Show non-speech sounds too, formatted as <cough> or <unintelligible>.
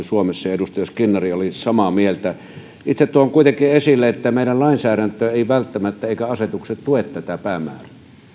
<unintelligible> suomessa ja edustaja skinnari oli samaa mieltä itse tuon kuitenkin esille että ei meidän lainsäädäntömme eivätkä asetukset välttämättä tue tätä päämäärää